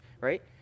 right